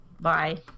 Bye